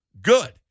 good